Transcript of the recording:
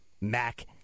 Mac